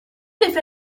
l’effet